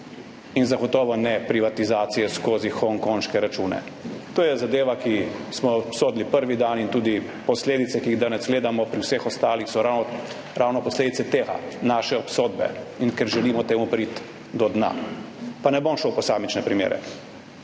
in zagotovo ne privatizacije skozi hongkonške račune. To je zadeva, ki smo jo obsodili prvi dan in tudi posledice, ki jih danes gledamo pri vseh ostalih, so ravno posledice tega, naše obsodbe, ker želimo temu priti do dna. Pa ne bom šel v posamične primere.